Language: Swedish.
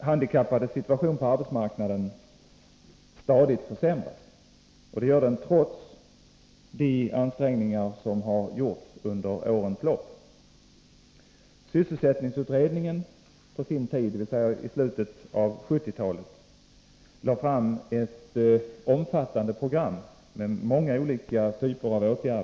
handikappades situation på arbetsmarknaden försämras stadigt, trots de ansträngningar som har gjorts under årens lopp. Sysselsättningsutredningen presenterade på sin tid, dvs. i slutet av 1970-talet, ett omfattande program med många olika typer av åtgärder.